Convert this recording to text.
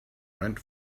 went